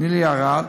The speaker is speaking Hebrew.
נילי ארד,